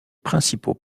principaux